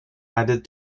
added